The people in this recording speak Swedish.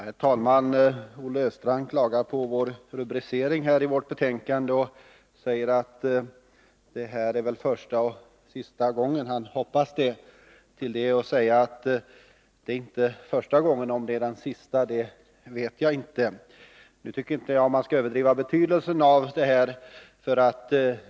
Herr talman! Olle Östrand klagar på rubriceringen i betänkandet. Han säger att han hoppas att detta är första och sista gången. Till det är att säga att det inte är första gången. Om det är sista gången vet jag inte. Nu tycker jag inte att man skall överdriva betydelsen av detta.